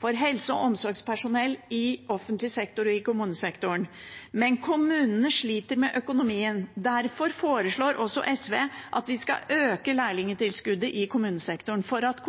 for helse- og omsorgspersonell i offentlig sektor og i kommunesektoren framover, men kommunene sliter med økonomien. Derfor foreslår SV å øke lærlingtilskuddet i kommunesektoren for at